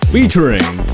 Featuring